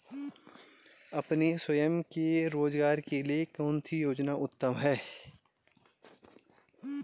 अपने स्वयं के रोज़गार के लिए कौनसी योजना उत्तम है?